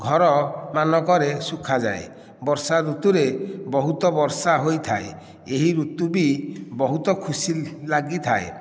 ଘରମାନଙ୍କରେ ଶୁଖାଯାଏ ବର୍ଷା ଋତୁରେ ବହୁତ ବର୍ଷା ହୋଇଥାଏ ଏହି ଋତୁ ବି ବହୁତ ଖୁସି ଲାଗିଥାଏ